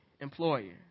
employer